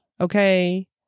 Okay